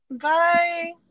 Bye